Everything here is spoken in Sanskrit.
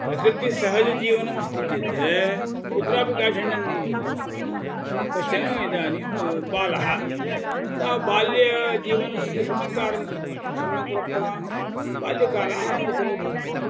प्रकृतेः सह जीवनमस्ति चेत् कुत्रापि काठिन्यं न भवति कश्चन इदानीं बालः सः बाल्यजीवनस्य संस्कारं सम्यक् प्राप्तवान् बाल्यकालः आनन्दकरो भवति